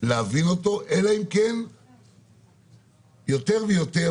להבין אותו אלא אם כן יותר ויותר,